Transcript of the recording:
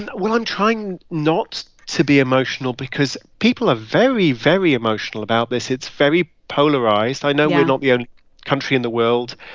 and well, i'm trying not to be emotional because people are very, very emotional about this. it's very polarized yeah i know we're not the only country in the world